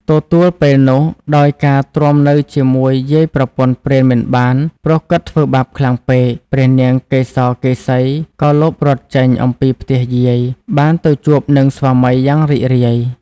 ទទួលពេលនោះដោយការទ្រាំនៅជាមួយយាយប្រពន្ធព្រានមិនបាន ព្រោះគាត់ធ្វើបាបខ្លាំងពេក ព្រះនាងកេសកេសី ក៏លបរត់ចេញ អំពីផ្ទះយាយ បានទៅជួបនឹងស្វាមីយ៉ាងរីករាយ។